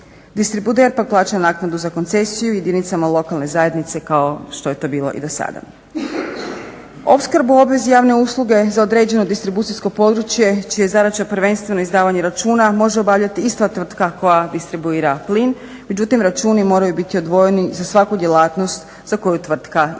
Distributer pak plaća naknadu jedinicama lokalne zajednice kao što je to bilo i dosada. Opskrbu u obvezi javne usluge za određeno distribucijsko područje čija je zadaća prvenstveno izdavanje računa može obavljati ista tvrtka koja distribuira plin, međutim računi moraju biti odvojeni za svaku djelatnost za koju tvrtka ima